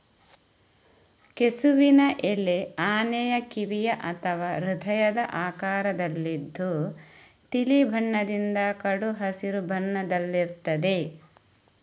ಕೆಸುವಿನ ಎಲೆ ಆನೆಯ ಕಿವಿಯ ಅಥವಾ ಹೃದಯದ ಆಕಾರದಲ್ಲಿದ್ದು ತಿಳಿ ಬಣ್ಣದಿಂದ ಕಡು ಹಸಿರು ಬಣ್ಣದಲ್ಲಿರ್ತದೆ